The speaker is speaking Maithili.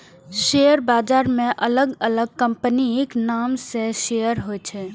शेयर बाजार मे अलग अलग कंपनीक नाम सं शेयर होइ छै